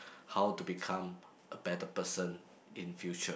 how to become a better person in future